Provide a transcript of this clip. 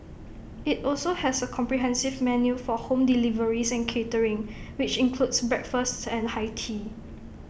IT also has A comprehensive menu for home deliveries and catering which includes breakfast and high tea